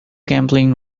gambling